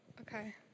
Okay